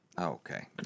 Okay